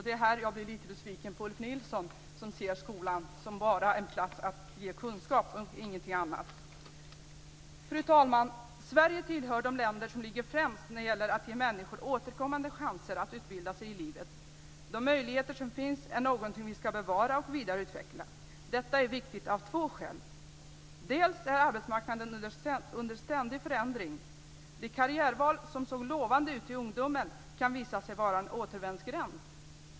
Det är här jag blir lite besviken på Ulf Nilsson, som ser skolan som enbart en plats att ge kunskap och ingenting annat. Fru talman! Sverige hör till de länder som ligger främst när det gäller att ge människor återkommande chanser att utbilda sig i livet. De möjligheter som finns är något vi ska bevara och vidareutveckla. Detta är viktigt av två skäl. För det första är arbetsmarknaden under ständig förändring. Det karriärval som såg lovande ut i ungdomen kan visa sig vara en återvändsgränd.